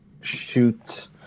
shoot